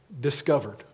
discovered